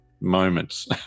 moments